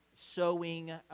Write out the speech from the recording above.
sowing